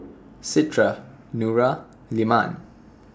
Citra Nura Leman